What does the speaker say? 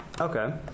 Okay